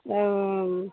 ओ